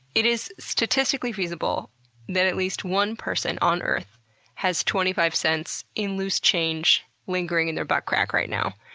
it is statistically feasible that at least one person on earth has twenty five cents in loose change lingering in their buttcrack right now.